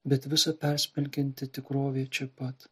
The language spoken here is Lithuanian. bet visa persmelkianti tikrovė čia pat